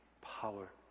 power